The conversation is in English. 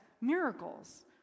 miracles